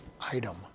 item